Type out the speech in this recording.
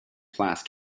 flask